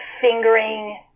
fingering